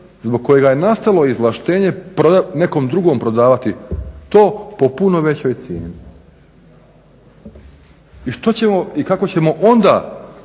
zbog kojega je nastalo izvlaštenje nekom drugom prodavati to po puno većoj cijeni? I što ćemo i